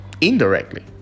indirectly